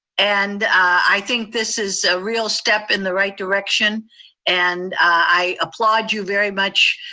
and i think this is a real step in the right direction and i applaud you very much,